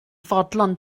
fodlon